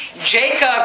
Jacob